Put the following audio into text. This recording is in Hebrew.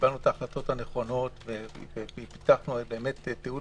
וקיבלנו את ההחלטות הנכונות ופיתחנו תיעוד